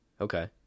Okay